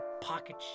pocket